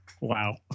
wow